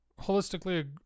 holistically